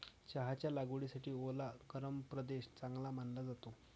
चहाच्या लागवडीसाठी ओला गरम प्रदेश चांगला मानला जातो